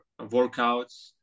workouts